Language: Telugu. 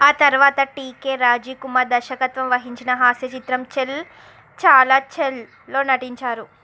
ఆ తరువాత టికె రాజీవ్కుమార్ దర్శకత్వం వహించిన హాస్య చిత్రం చల్ చాలా చల్లో నటించారు